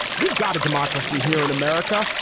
we've got a democracy here in america.